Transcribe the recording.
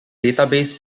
database